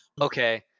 Okay